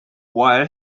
while